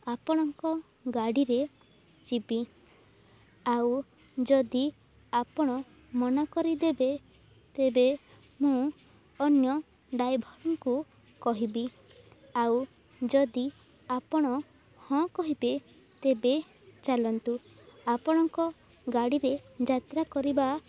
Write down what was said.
ଆପଣଙ୍କ ଗାଡ଼ିରେ ଯିବି ଆଉ ଯଦି ଆପଣ ମନା କରିଦେବେ ତେବେ ମୁଁ ଅନ୍ୟ ଡ୍ରାଇଭରଙ୍କୁ କହିବି ଆଉ ଯଦି ଆପଣ ହଁ କହିବେ ତେବେ ଚାଲନ୍ତୁ ଆପଣଙ୍କ ଗାଡ଼ିରେ ଯାତ୍ରା କରିବା